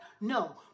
no